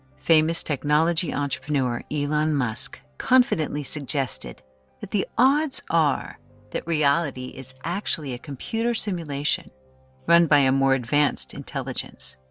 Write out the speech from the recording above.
famous technology entrepreneur elon musk confidently suggested that the odds are that reality is actually a computer simulation run by a more advanced intelligence.